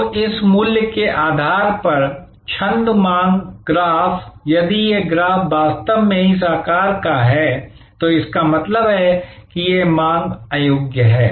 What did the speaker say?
तो इस मूल्य के आधार पर छंद मांग ग्राफ यदि यह ग्राफ वास्तव में इस आकार का है तो इसका मतलब है कि यह मांग अयोग्य है